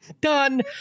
Done